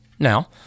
Now